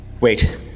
Wait